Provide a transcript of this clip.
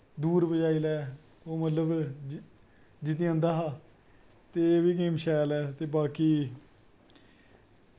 दूर पज़ाई लै ओह् मतलव जित्ती जंदा हा ते एह् बी गेम शैल ऐ ते बाकी